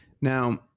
Now